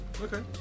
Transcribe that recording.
Okay